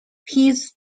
his